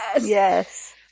yes